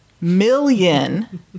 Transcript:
million